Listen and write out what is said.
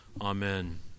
Amen